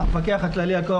המפקח הכללי על כוח אדם.